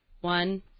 One